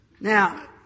Now